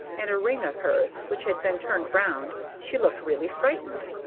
and a ring of hers, which had been turned round, she looked really frightened.